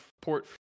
Port